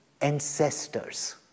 ancestors